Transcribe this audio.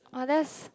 oh that's